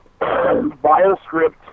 bioscript